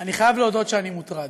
אני חייב להודות שאני מוטרד.